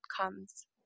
comes